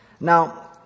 Now